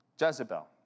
Jezebel